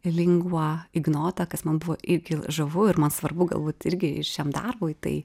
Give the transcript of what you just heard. lingua ignota kas man buvo irgi žavu ir man svarbu galbūt irgi šiam darbui tai